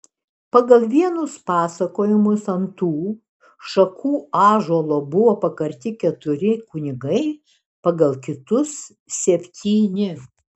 pagal vienus pasakojimus ant tų šakų ąžuolo buvo pakarti keturi kunigai pagal kitus septyni